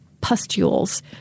Pustules